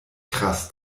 krass